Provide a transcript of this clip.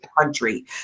country